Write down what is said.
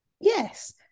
Yes